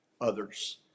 others